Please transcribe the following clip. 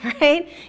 right